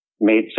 made